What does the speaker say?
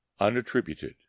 unattributed